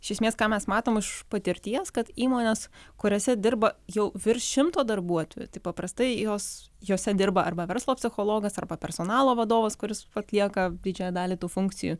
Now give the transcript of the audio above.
iš esmės ką mes matom iš patirties kad įmonės kuriose dirba jau virš šimto darbuotojų taip paprastai jos jose dirba arba verslo psichologas arba personalo vadovas kuris atlieka didžiąją dalį tų funkcijų